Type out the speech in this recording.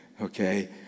okay